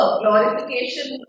glorification